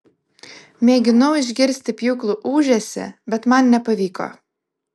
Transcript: mėginau išgirsti pjūklų ūžesį bet man nepavyko